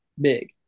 big